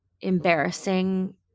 embarrassing